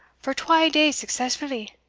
for twa days successfully